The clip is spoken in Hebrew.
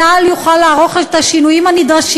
צה"ל יוכל לערוך את השינויים הנדרשים